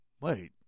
wait